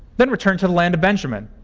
then return to the land of benjamin.